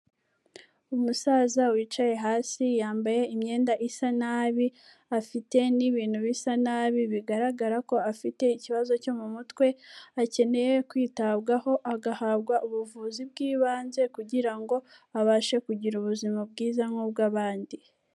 Umusaza wicaye hasi, yambaye imyenda isa nabi, afite n'ibintu bisa nabi, bigaragara ko afite ikibazo cyo mu mutwe, akeneye kwitabwaho agahabwa ubuvuzi bw'ibanze, kugira ngo abashe kugira ubuzima bwiza, nk'ubw'abandi.